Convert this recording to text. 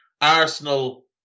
Arsenal